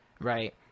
right